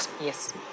Yes